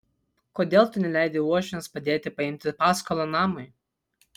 kodėl tu neleidi uošviams padėti paimti paskolą namui